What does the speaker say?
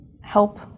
help